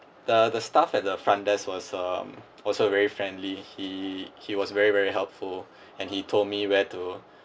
the the staff at the front desk was um also very friendly he he was very very helpful and he told me where to